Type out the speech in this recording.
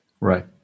Right